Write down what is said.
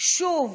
ושוב